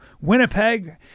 Winnipeg